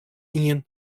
ien